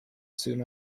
soon